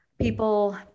People